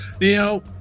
Now